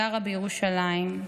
גרה בירושלים.